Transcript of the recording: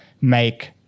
make